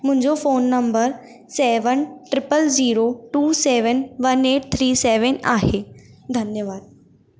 मुंहिंजो phone number seven triple zero two seven one eight three seven आहे धन्यवाद